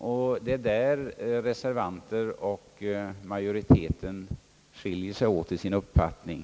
Det är där reservanterna och majoriteten skiljer sig åt i sin uppfattning.